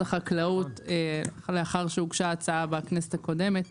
החקלאות לאחר שהוגשה ההצעה בכנסת הקודמת.